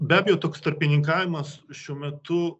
be abejo toks tarpininkavimas šiuo metu